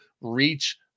reach